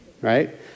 right